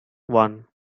one